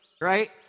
right